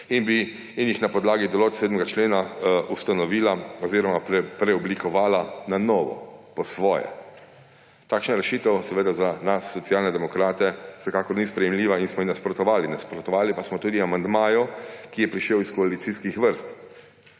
ter jih na podlagi določb 7. člena preoblikovalo na novo, po svoje. Takšna rešitev seveda za nas Socialne demokrate vsekakor ni sprejemljiva in smo ji nasprotovali. Nasprotovali pa smo tudi amandmaju, ki je prišel iz koalicijskih vrst.